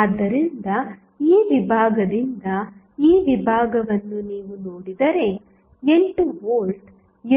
ಆದ್ದರಿಂದ ಈ ವಿಭಾಗದಿಂದ ಈ ವಿಭಾಗವನ್ನು ನೀವು ನೋಡಿದರೆ 8 ವೋಲ್ಟ್